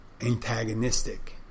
antagonistic